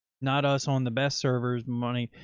not us on the best servers money.